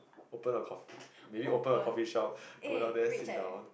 open a coffee maybe open a coffee-shop go down there sit down